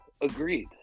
Agreed